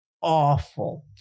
awful